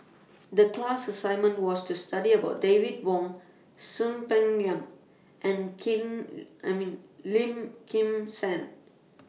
The class assignment was to study about David Wong Soon Peng Yam and Kim and Lim Kim San